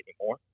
anymore